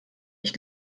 ich